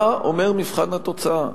מה אומר מבחן התוצאה?